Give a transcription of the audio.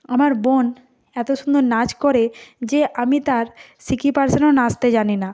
আমার বোন এতো সুন্দর নাচ করে যে আমি তার সিকি পারসেনও নাচতে জানি না